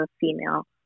female